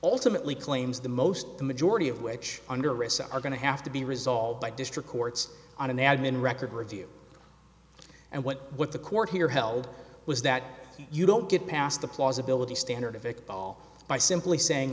ultimately claims the most the majority of which under recess are going to have to be resolved by district courts on an admin record review and what what the court here held was that you don't get past the plausibility standard evict all by simply saying